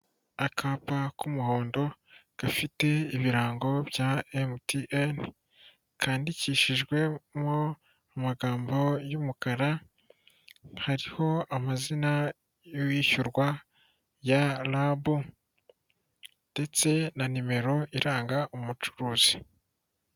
Akapa k'umuhondo gafite ibirango bya MTN, kandikishijwemo amagambo y'umukara, hariho amazina y'uwishyurwa ya rabu ndetse na nimero iranga umucuruzi.